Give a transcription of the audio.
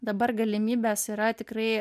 dabar galimybės yra tikrai